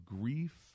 grief